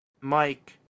Mike